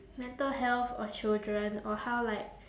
mental health or children or how like